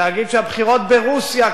להגיד שהבחירות ברוסיה,